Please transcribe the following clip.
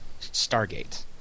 Stargate